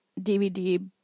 DVD